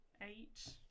Eight